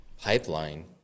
pipeline